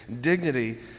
dignity